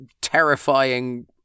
terrifying